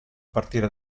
partire